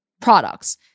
products